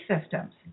systems